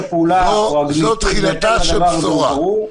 זו תחילתה של בשורה.